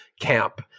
camp